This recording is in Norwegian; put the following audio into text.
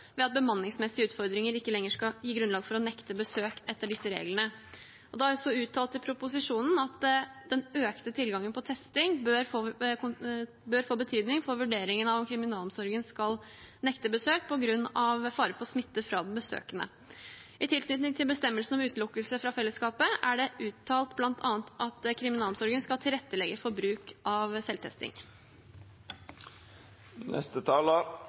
ved at bemanningsmessige utfordringer ikke lenger skal gi grunnlag for å nekte besøk etter disse reglene. Det er også uttalt i proposisjonen at den økte tilgangen på testing bør få betydning for vurderingen av om kriminalomsorgen skal nekte besøk på grunn av fare for smitte fra den besøkende. I tilknytning til bestemmelsen om utelukkelse fra fellesskapet er det bl.a. uttalt at kriminalomsorgen skal tilrettelegge for bruk av selvtesting.